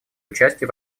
участие